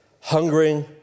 Hungering